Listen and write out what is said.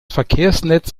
verkehrsnetz